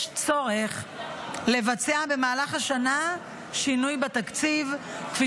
יש צורך לבצע במהלך השנה שינוי בתקציב" כפי